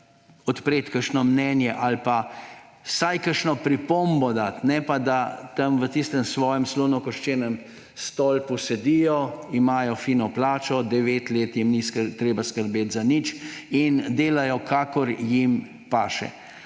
odpreti kakšno mnenje ali pa vsaj kakšno pripombo dati. Ne pa da tam v svojem slonokoščenem stolpu sedijo, imajo dobro plačo, devet let jim ni treba skrbeti za nič in delajo, kakor jim paše.